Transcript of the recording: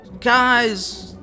Guys